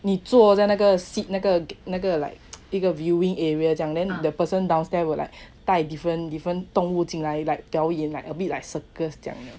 你坐在那个 seat 那个那个 like 一个 viewing area 这样 then the person downstairs will like 带 different different 动物进来 like 表演 a bit like circles 这样的